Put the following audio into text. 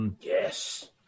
Yes